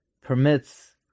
permits